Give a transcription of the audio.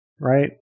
right